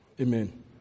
Amen